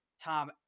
Tom